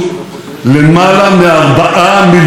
זה כבר מזמן לא רק עניין לעשירים,